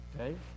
Okay